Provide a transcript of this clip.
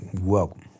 Welcome